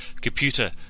Computer